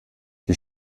die